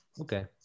Okay